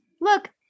look